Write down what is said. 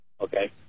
Okay